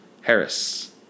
Harris